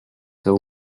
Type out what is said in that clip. were